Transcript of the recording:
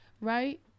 Right